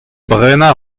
brenañ